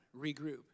Regroup